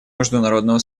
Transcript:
международного